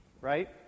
right